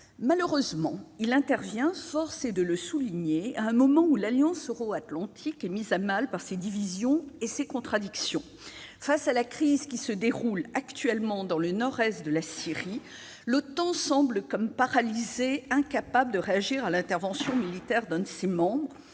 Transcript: Malheureusement- force est de le souligner -, celui-ci survient à un moment où l'Alliance euro-atlantique est mise à mal par ses divisions et ses contradictions. Face à la crise qui se déroule actuellement dans le nord-est de la Syrie, l'OTAN semble paralysée, incapable de réagir à l'intervention militaire de l'un de ses membres,